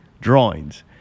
drawings